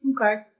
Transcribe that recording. Okay